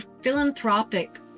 philanthropic